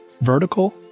vertical